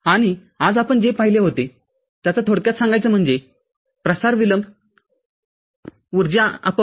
आणि आज आपण जे पाहिले होते त्याचा थोडक्यात सांगायचे म्हणजे प्रसार विलंब उर्जा अपव्यय